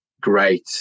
great